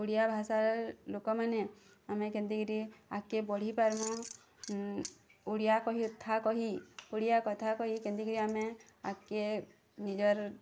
ଓଡ଼ିଆ ଭାଷାରେ ଲୋକମାନେ ଆମେ କେନ୍ତିକିରି ଟିକେ ଆଗ୍କେ ବଢ଼ି ପାର୍ମୁଁ ଓଡ଼ିଆ କଥା କହି ଓଡ଼ିଆ କଥା କହି କେନ୍ତିକିରି ଆମେ ଆଗ୍କେ ନିଜର୍